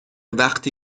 وقتی